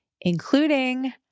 including